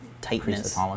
tightness